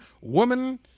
woman